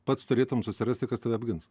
pats turėtum susirasti kas tave apgins